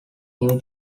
new